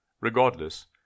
Regardless